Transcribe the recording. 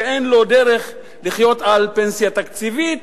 שאין לו דרך לחיות על פנסיה תקציבית